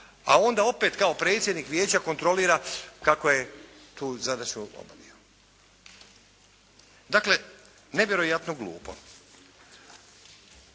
a onda opet kao predsjednik vijeća kontrolira kako je tu zadaću obavio. Dakle, nevjerojatno glupo.